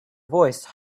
voice